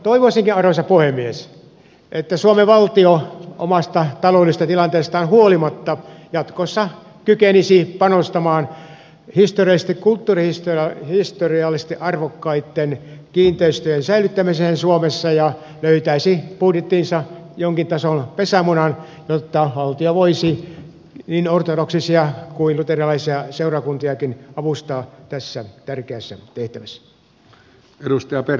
toivoisinkin arvoisa puhemies että suomen valtio omasta taloudellisesta tilanteestaan huolimatta jatkossa kykenisi panostamaan kulttuurihistoriallisesti arvokkaitten kiinteistöjen säilyttämiseen suomessa ja löytäisi budjettiinsa jonkin tason pesämunan jotta valtio voisi niin ortodoksisia kuin luterilaisia seurakuntiakin avustaa tässä tärkeässä tehtävässä